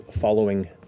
following